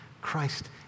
Christ